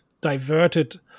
diverted